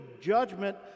judgment